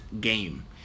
game